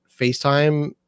Facetime